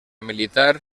militar